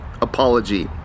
apology